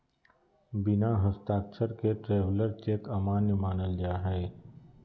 बिना हस्ताक्षर के ट्रैवलर चेक अमान्य मानल जा हय